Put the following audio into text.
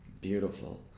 beautiful